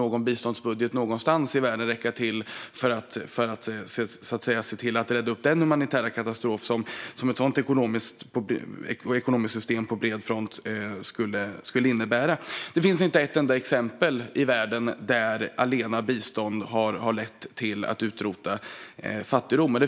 Ingen biståndsbudget någonstans i världen kommer nog att räcka till för att reda upp den humanitära katastrof som införandet av ett sådant ekonomiskt system på bred front skulle innebära. Det finns inte ett enda exempel i världen på att bistånd allena har lett till att utrota fattigdom.